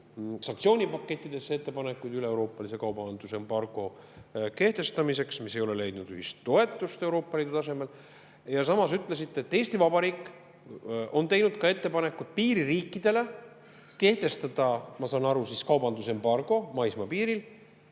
sanktsioonipakettidesse ettepanekuid üleeuroopalise kaubandusembargo kehtestamiseks, aga see ei ole leidnud ühist toetust Euroopa Liidu tasemel. Samas ütlesite, et Eesti Vabariik on teinud ka ettepanekud piiririikidele kehtestada, ma saan aru, kaubandusembargo maismaapiiril,